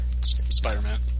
Spider-Man